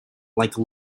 like